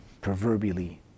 proverbially